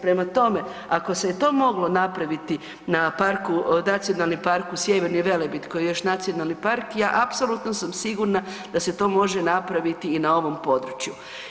Prema tome, ako se je to moglo napraviti na Nacionalnom parku „Sjeverni Velebit“ koji je još nacionalni park, apsolutno sam sigurna da se to može napraviti i na ovom području.